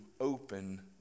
open